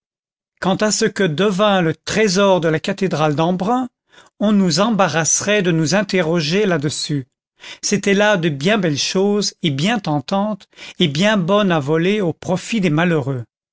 quant à ce que devint le trésor de la cathédrale d'embrun